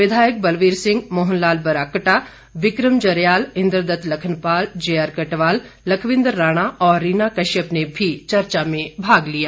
विधायक बलवीर सिंह मोहन लाल ब्राक्टा बिक्रम जरियाल इन्द्र दत्त लखनपाल जेआर कटवाल लखविन्द्र राणा और रीना कश्यप ने भी चर्चा में भाग लिया